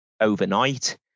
overnight